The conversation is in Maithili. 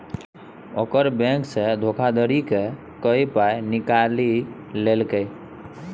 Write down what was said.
ओकर बैंकसँ धोखाधड़ी क कए पाय निकालि लेलकै